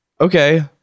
Okay